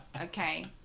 Okay